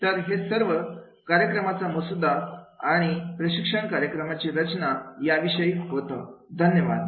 तर हे सर्व कार्यक्रमाचा मसुदा आणि प्रशिक्षण कार्यक्रमाची रचना याविषयी होता धन्यवाद